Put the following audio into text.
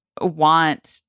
want